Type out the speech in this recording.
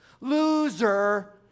Loser